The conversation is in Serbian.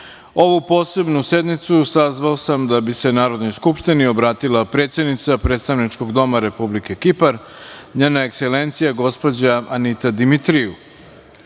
posebnu sednicu sazvao sam da bi se Narodnoj skupštini obratila predsednica Predstavničkog doma Republike Kipar, Njena Ekselencija Anita Dimitriju. Čast